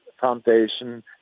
Foundation